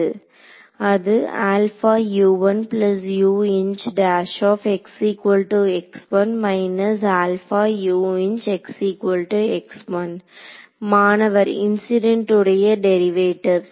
அது மாணவர் இன்சிடென்ட் உடைய டெரிவேட்டிவ் சரி